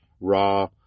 raw